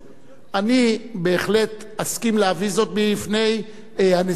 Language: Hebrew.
שאני בהחלט אסכים להביא זאת בפני הנשיאות